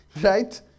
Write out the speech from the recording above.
Right